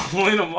leela